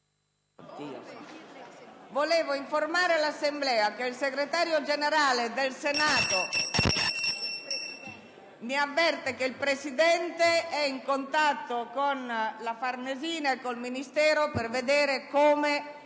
Informo l'Assemblea che il Segretario generale del Senato mi avverte che il Presidente è in contatto con la Farnesina, per vedere come